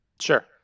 Sure